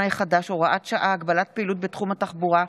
החדש (הוראת שעה) (הגבלת פעילות בתחום התחבורה)